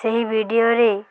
ସେହି ଭିଡ଼ିଓରେ